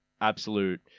absolute